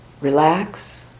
relax